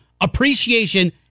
appreciation